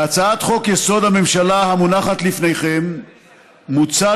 בהצעת חוק-יסוד: הממשלה המונחת לפניכם מוצע